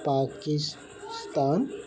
Pakistan